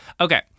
Okay